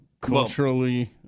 Culturally